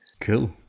Cool